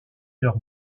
leur